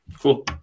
Cool